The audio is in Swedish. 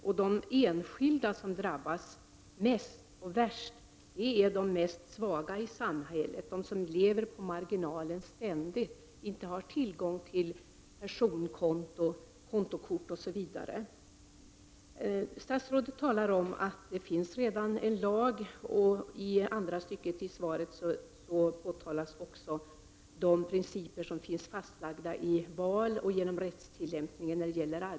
De enskilda människor som drabbas värst är de svagaste i samhället, de som ständigt lever på marginalen och som inte har tillgång till personkonto, kontokort, osv. Statsrådet säger i svaret att det redan finns en lag när det gäller arbetskonflikter, och det påtalas även i svaret att det finns principer fastlagda i lag och genom rättstillämpningen.